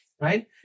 right